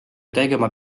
tegema